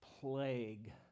plague